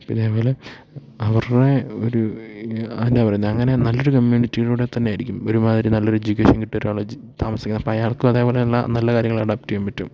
പിന്നെ അതുപോലെ അവരുടെ ഒരു എന്നാ പറയുന്നത് അങ്ങനെ നല്ലൊരു കമ്മ്യൂണിറ്റിടെ കൂടെ തന്നെയായിരിക്കും ഒരുമാതിരി നല്ല ഒരു എജ്യൂക്കേഷൻ കിട്ടിയ ഒരാളെ താമസിക്കുക അപ്പം അയാൾക്കും അതേപോലെ ഉള്ള നല്ല കാര്യങ്ങൾ അഡാപ്റ്റ് ചെയ്യാൻ പറ്റും